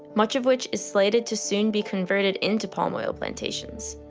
much of which is slated to soon be converted into palm oil plantations.